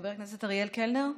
חבר הכנסת אריאל קלנר,